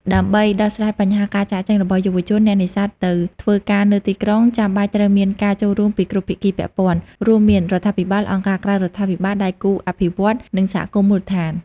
ដើម្បីដោះស្រាយបញ្ហាការចាកចេញរបស់យុវជនអ្នកនេសាទទៅធ្វើការនៅទីក្រុង ចាំបាច់ត្រូវមានការចូលរួមពីគ្រប់ភាគីពាក់ព័ន្ធ រួមមាន រដ្ឋាភិបាល អង្គការក្រៅរដ្ឋាភិបាល ដៃគូអភិវឌ្ឍន៍ និងសហគមន៍មូលដ្ឋាន។